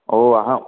ओ अहं